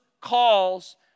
calls